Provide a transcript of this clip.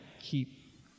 keep